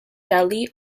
dudley